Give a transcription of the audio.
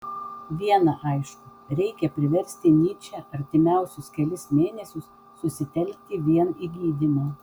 viena aišku reikia priversti nyčę artimiausius kelis mėnesius susitelkti vien į gydymą